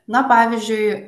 na pavyzdžiui